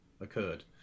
occurred